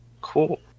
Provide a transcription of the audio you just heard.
Cool